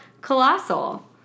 Colossal